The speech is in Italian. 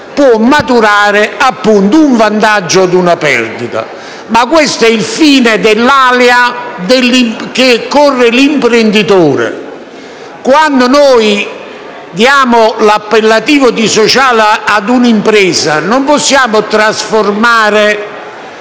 può maturare un vantaggio o una perdita. Ma questo è il fine dell'alea che corre l'imprenditore. Quando noi diamo l'appellativo di «sociale» a un'impresa, non possiamo trasformare